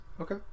Okay